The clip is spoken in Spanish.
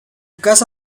casa